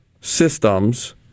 systems